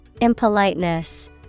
Impoliteness